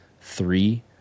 Three